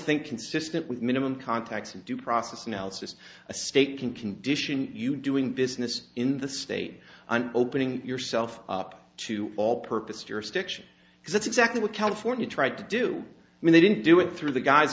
think consistent with minimum contacts and due process analysis a state can condition you doing business in the state and opening yourself up to all purpose jurisdiction because that's exactly what california tried to do and they didn't do it through the gu